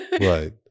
Right